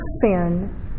sin